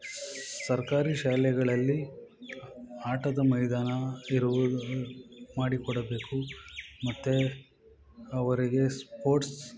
ಸರ್ಕಾರಿ ಶಾಲೆಗಳಲ್ಲಿ ಆಟದ ಮೈದಾನ ಇರುವುದು ಮಾಡಿಕೊಡಬೇಕು ಮತ್ತು ಅವರಿಗೆ ಸ್ಪೋರ್ಟ್ಸ್